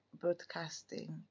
broadcasting